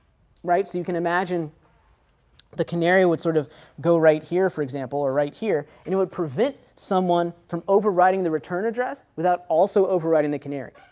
right. so you can imagine the canary would sort of go right here for example, or right here, and it would prevent someone from overriding the return address, without also overwriting the canary.